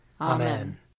Amen